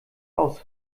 aus